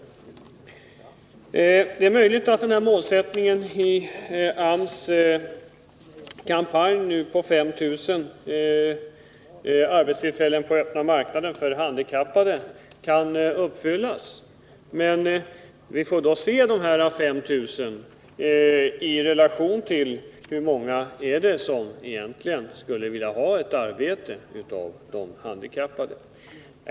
Det är möjligt att den här målsättningen i AMS kampanj, 5 000 arbetstillfällen på öppna marknaden för handikappade, kan uppfyllas, men vi får då se de 5 000 i relation till hur många av de handikappade som egentligen skulle vilja ha ett arbete.